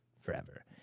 forever